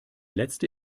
letzte